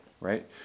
Right